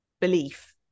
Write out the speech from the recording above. belief